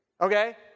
okay